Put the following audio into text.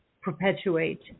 perpetuate